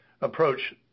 approach